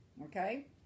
Okay